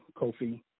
Kofi